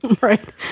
Right